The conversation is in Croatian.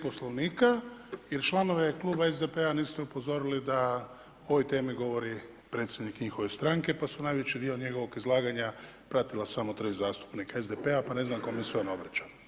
Poslovnika jer članove kluba SDP-a niste upozorili da o ovoj temi govori predsjednik njihove stranke pa su najveći dio njegovog izlaganja pratila samo tri zastupnika SDP-a pa ne znam kome se on obraćao.